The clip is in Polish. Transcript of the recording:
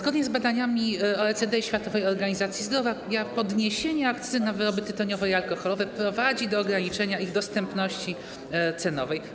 Zgodnie z badaniami OECD i Światowej Organizacji Zdrowia podniesienie akcyzy na wyroby tytoniowe i alkoholowe prowadzi do ograniczenia ich dostępności cenowej.